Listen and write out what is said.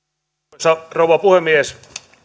arvoisa rouva puhemies